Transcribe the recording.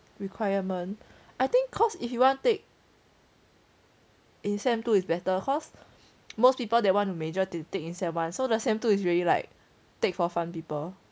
requirement I think cause if you want take in sem two is better cause most people that want to major take in advance so the sem two is really like take for fun people